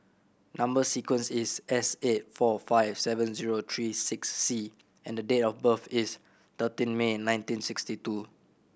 number sequence is S eight four five seven zero three six C and the date of birth is thirteen May nineteen sixty two